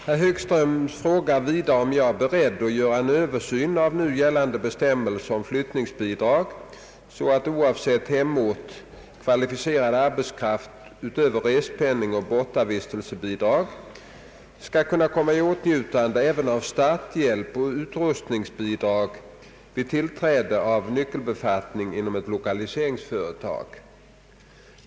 Herr Högström frågar vidare om jag är beredd att göra en översyn av nu gällande bestämmelser om flyttningsbidragen så att, oavsett hemort, kvalificerad arbetskraft utöver respenning och bortavistelsebidrag skall kunna komma i åtnjutande även av starthjälp och utrustningsbidrag vid tillträdande av »nyckelbefattning» inom ett lokaliseringsföretag.